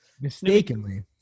Mistakenly